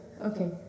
okay